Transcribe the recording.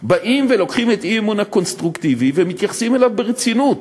באים ולוקחים את האי-אמון הקונסטרוקטיבי ומתייחסים אליו ברצינות,